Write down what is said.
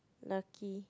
lucky